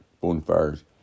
bonfires